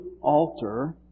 altar